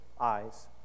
eyes